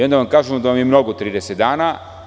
Onda vam kažemo da vam je mnogo 30 dana.